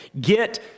Get